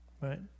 right